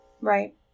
Right